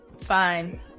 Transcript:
Fine